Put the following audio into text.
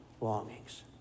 longings